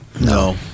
No